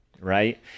right